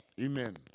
Amen